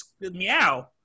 meow